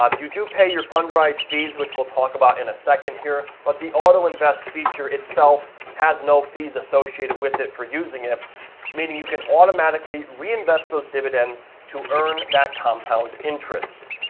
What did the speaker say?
um you do pay your fundrise fees which we'll talk about in a second here, but the auto-invest feature itself has no fees associated with it for using it meaning you can automatically reinvest those dividends to earn that compound interest.